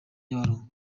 nyabarongo